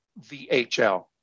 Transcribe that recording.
VHL